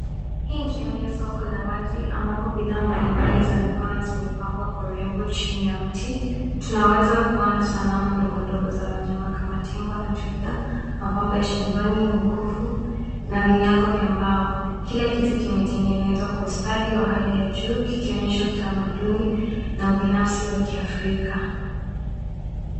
Hii sehemu ya soko la wazi, ambapo bidhaa mbalimbali za mikono zimepangwa kwa urembo chini ya mti. Tunaweza kuona sanamu ndogo ndogo za wanyama kama tembo na twiga, mapambo ya shingoni, mkufu, na vinyago vya mbao. Kila kitu kimetengenezwa kwa ustadi wa hali ya juu kikionyesha utamaduni, na ubinafsi wa kiafrika.